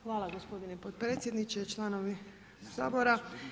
Hvala gospodine potpredsjedniče, članovi Sabora.